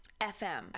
fm